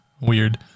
Weird